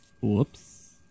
Whoops